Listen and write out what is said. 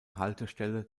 haltestelle